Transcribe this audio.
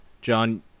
John